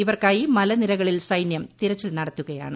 ഇവർക്കായി മലനിരകളിൽ സൈനൃം തിരച്ചിൽ നടത്തുകയാണ്